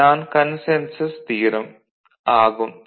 இது தான் consensus theorem ஆகும்